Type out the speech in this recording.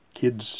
kids